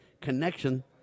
connection